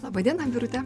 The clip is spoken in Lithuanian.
laba diena birute